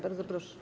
Bardzo proszę.